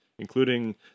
including